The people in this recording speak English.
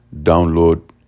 download